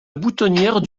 boutonnière